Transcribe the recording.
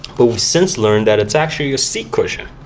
but we've since learned that it's actually a seat cushion.